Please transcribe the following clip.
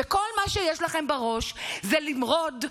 וכל מה שיש לכם בראש זה למרוד,